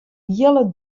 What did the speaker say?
hiele